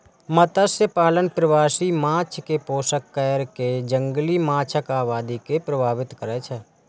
मत्स्यपालन प्रवासी माछ कें पोषण कैर कें जंगली माछक आबादी के प्रभावित करै छै